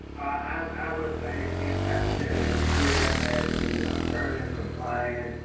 i would say again, madam chair, is clear that the alternative compliance.